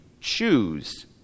choose